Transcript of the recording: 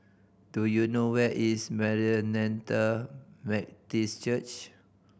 do you know where is Maranatha Baptist Church